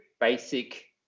basic